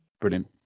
Brilliant